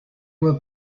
were